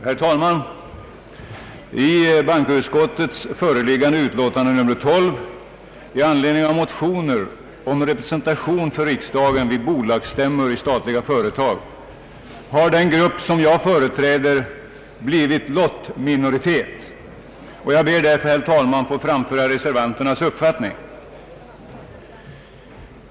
Herr talman! I bankoutskottets föreliggande utlåtande nr 12 med anledning av motioner om representation för riksdagen vid bolagsstämmor i statliga företag har den grupp jag företräder blivit lottminoritet, och jag ber därför, herr talman, att få framföra reservanternas uppfattning.